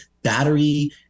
battery